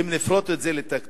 ואם נפרוט את זה לתקציב,